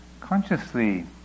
consciously